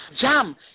jam